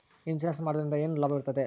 Insurance ಮಾಡೋದ್ರಿಂದ ಏನು ಲಾಭವಿರುತ್ತದೆ?